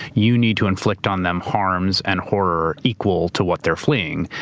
you need to inflict on them harms and horror equal to what they're fleeing.